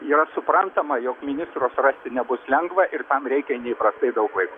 yra suprantama jog ministrus rasti nebus lengva ir tam reikia neįprastai daug laiko